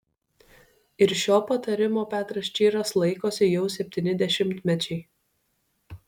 ir šio patarimo petras čyras laikosi jau septyni dešimtmečiai